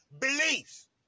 beliefs